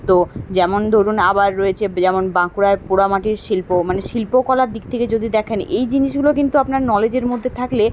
তো যেমন ধরুন আবার রয়েছে যেমন বাঁকুড়ায় পোড়ামাটির শিল্প মানে শিল্পকলার দিক থেকে যদি দেখেন এই জিনিসগুলো কিন্তু আপনার নলেজের মধ্যে থাকলে